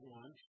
one